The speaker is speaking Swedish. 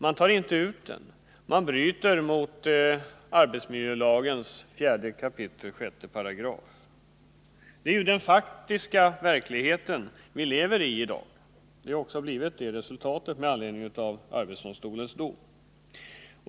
Man tar inte ut den och bryter därmed mot arbetsmiljölagens 4 kap. 6 §. Det är den faktiska verkligheten i dag som ett resultat av arbetsdomstolens dom.